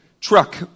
truck